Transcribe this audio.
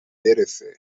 برسه